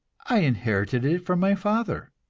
i inherited it from my father.